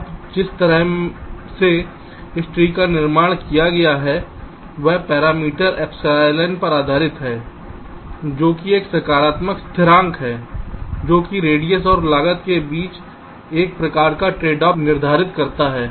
अब जिस तरह से इस ट्री का निर्माण किया गया है वह पैरामीटर एप्सिलॉन पर आधारित है जो एक सकारात्मक स्थिरांक है जो कि रेडियस और लागत के बीच किसी प्रकार का ट्रेडऑफ निर्धारित करता है